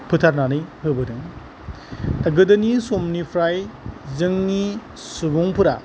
फोथारनानै होबोदों गोदोनि समनिफ्राय जोंनि सुबुंफोरा